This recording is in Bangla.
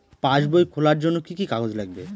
পাসবই খোলার জন্য কি কি কাগজ লাগবে?